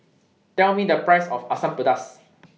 Tell Me The Price of Asam Pedas